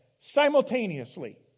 simultaneously